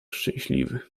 szczęśliwy